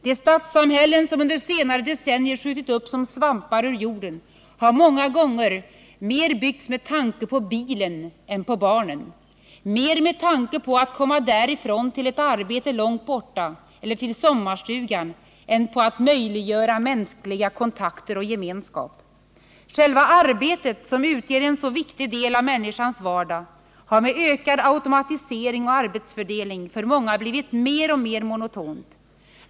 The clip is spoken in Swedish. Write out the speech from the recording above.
De stadssamhällen som under senare decennier skjutit upp som svampar ur jorden har många gånger mer byggts med tanke på bilen än på barnen, mer med tanke på att kunna komma därifrån till ett arbete långt borta eller till sommarstugan än på att möjiggöra mänskliga kontakter och gemenskap. Själva arbetet, som utgör en så viktig del av människans vardag, har med ökad automatisering och arbetsfördelning för många blivit mer och mer monotont.